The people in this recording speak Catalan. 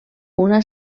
una